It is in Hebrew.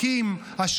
אהבת ישראל.